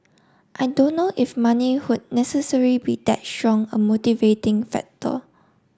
I don't know if money would necessary be that strong a motivating factor